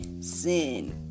sin